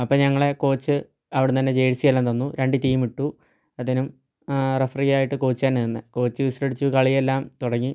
അപ്പം ഞങ്ങളെ കോച്ച് അവിടന്നന്നെ ജേഴ്സിയെല്ലാം തന്നു രണ്ട് ടീം ഇട്ടു അതിനും റഫറി ആയിട്ട് കോച്ച് തന്നെയാണ് നിന്നത് കോച്ച് വിസിലടിച്ചു കളിയെല്ലാം തുടങ്ങി